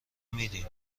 میدیم